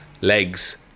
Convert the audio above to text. Legs